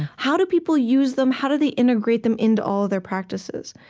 how do people use them? how do they integrate them into all of their practices?